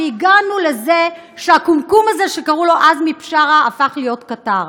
והגענו לזה שהקומקום הזה שקראו לו עזמי בשארה הפך להיות קטר.